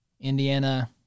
Indiana